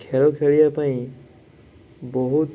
ଖେଳ ଖେଳିବା ପାଇଁ ବହୁତ